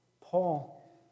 Paul